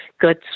good